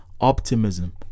optimism